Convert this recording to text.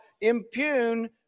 impugn